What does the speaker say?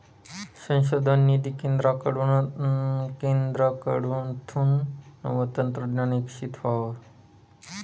संशोधन निधी केंद्रकडथून नवं तंत्रज्ञान इकशीत व्हस